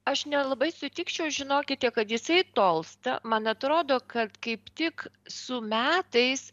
aš nelabai sutikčiau žinokite kad jisai tolsta man atrodo kad kaip tik su metais